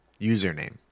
username